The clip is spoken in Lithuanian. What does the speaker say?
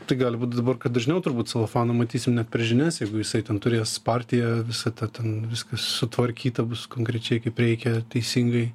tai gali būt dabar kad dažniau turbūt celofaną matysim net per žinias jeigu jisai ten turės partiją visa tą ten viskas sutvarkyta bus konkrečiai kaip reikia teisingai